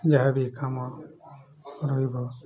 ଯାହା ବି କାମ ରହିବ